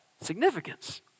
significance